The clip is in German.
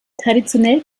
traditionell